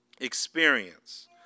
experience